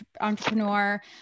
entrepreneur